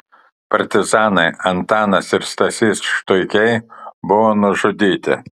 partizanai antanas ir stasys štuikiai buvo nužudyti